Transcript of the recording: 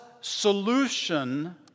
solution